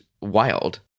wild